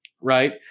right